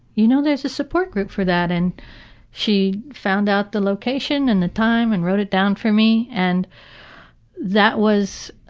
you know there is a support group for that. and she found out the location and the time and wrote it down for me, and that was